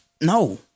No